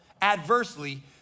adversely